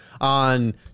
on